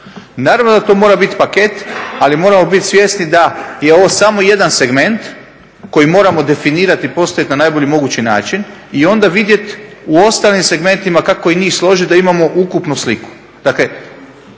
Naravno da to mara biti paket ali moramo biti svjesni da je ovo samo jedan segment koji moramo definirati i postaviti na najbolji mogući način i onda vidjeti u ostalim segmentima kako i njih složiti da imamo ukupnu sliku. Dakle